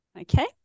Okay